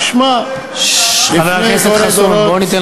אנחנו לא נגד,